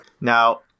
Now